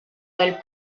del